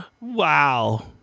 wow